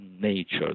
nature